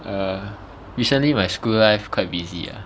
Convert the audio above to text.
err recently my school life quite busy ah